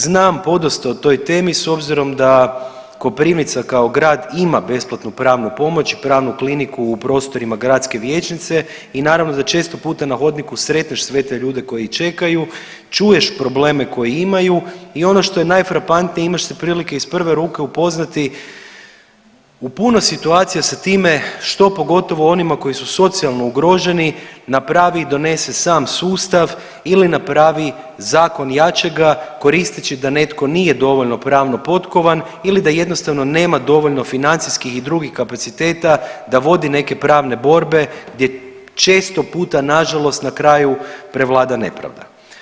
Znam podosta o toj temi s obzirom da Koprivnica kao grad ima besplatnu pravnu pomoć i pravnu kliniku u prostorima gradske vijećnice i naravno da često puta na hodniku sretneš sve te ljude koji čekaju, čuješ probleme koje imaju i ono što je najfrapantnije imaš se prilike iz prve ruke upoznati u puno situacija sa time što pogotovo onima koji su socijalno ugroženi napravi i donese sam sustav ili napravi zakon jačega koristeći da netko nije dovoljno pravno potkovan ili da jednostavno nema dovoljno financijskih i drugih kapaciteta da vodi neke pravne borbe gdje često puta nažalost na kraju prevlada nepravda.